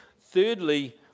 Thirdly